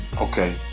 Okay